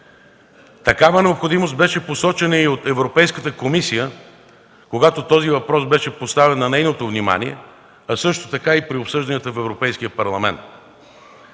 Такава необходимост беше посочена и от Европейската комисия, когато този въпрос беше поставен на нейното внимание, а също така и при обсъжданията в Европейския парламент.